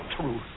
truth